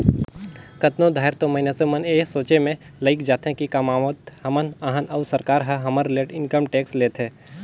कतनो धाएर तो मइनसे मन ए सोंचे में लइग जाथें कि कमावत हमन अहन अउ सरकार ह हमर ले इनकम टेक्स लेथे